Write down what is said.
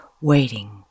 waiting